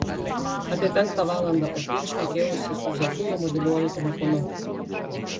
apie penktą valandą popiet šnekėjausi su zaku jo mobiliuoju telefonu